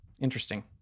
Interesting